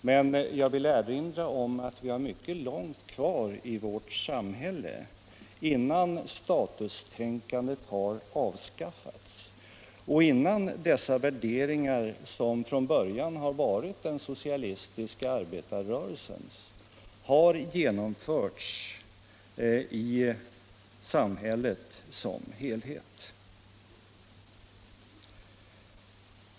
Men jag vill erinra om att vi har mycket långt kvar i vårt samhälle innan statustänkandet har avskaffats och innan dessa värderingar, som från början har varit den socialistiska arbetarrörelsens, har genomförts i samhället som helhet.